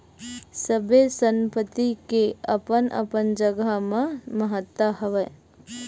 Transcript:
सबे संपत्ति के अपन अपन जघा म महत्ता हवय